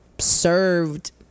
Served